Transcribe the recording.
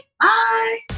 Bye